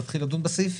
נתחיל לדון בסעיפים,